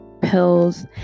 pills